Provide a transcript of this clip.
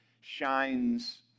shines